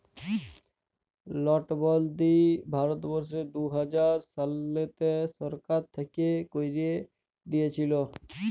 লটবল্দি ভারতবর্ষে দু হাজার শলতে সরকার থ্যাইকে ক্যাইরে দিঁইয়েছিল